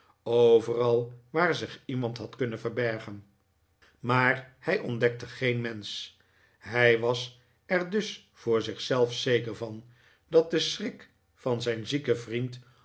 overal waar zich iemand had kunnen verbergen maar hij ontdekte geen mensch hij was er dus voor zich zelf zeker van dat de schrik van zijn zieken vriend